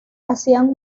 hacían